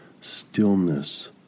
stillness